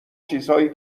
چیزهایی